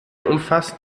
umfasst